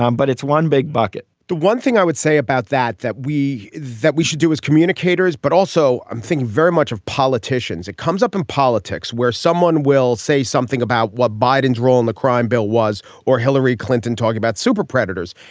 um but it's one big bucket the one thing i would say about that, that we that we should do as communicators. but also, i think very much of politicians, it comes up in politics where someone will say something about what biden's role in the crime bill was or hillary clinton talking about superpredators.